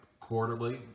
quarterly